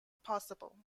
possible